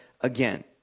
again